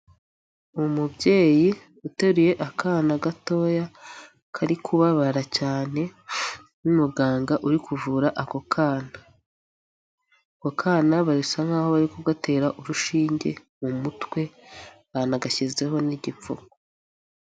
Umubyeyi uteruye akana gatoya kari kubabara cyane, n'umuganga uri kuvura ako kana. Ako kana basa nk'aho bari kugatera urushinge mu mutwe, banagashyizeho n'igipfuko.